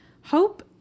Hope